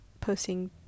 posting